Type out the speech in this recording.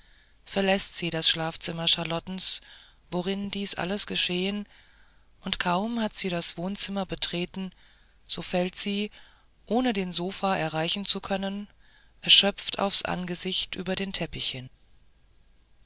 verläßt sie das schlafzimmer charlottens worin dies alles geschehen und kaum hat sie das wohnzimmer betreten so fällt sie ohne den sofa erreichen zu können erschöpft aufs angesicht über den teppich hin